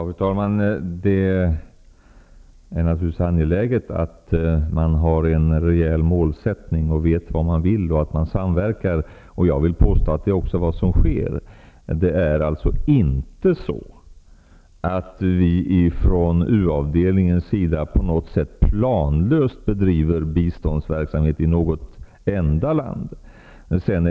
Fru talman! Det är naturligtvis angeläget att man har en rejäl målsättning och vet vad man vill och att man samverkar. Jag vill påstå att det också är vad som sker. Det är alltså inte så att vi på uavdelningen på något sätt planlöst bedriver biståndsverksamhet i något enda land.